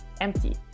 empty